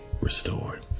restored